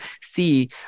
see